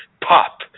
pop